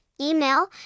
Email